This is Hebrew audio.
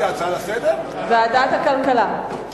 ועדת הכלכלה.